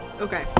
Okay